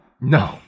No